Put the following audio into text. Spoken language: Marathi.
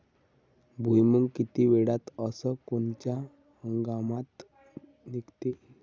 भुईमुंग किती वेळात अस कोनच्या हंगामात निगते?